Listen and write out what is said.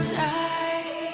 die